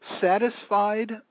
satisfied